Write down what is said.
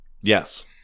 Yes